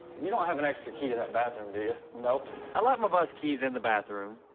you don't have an extra key to that bathroom do you nope i like my bus keys in the bathroom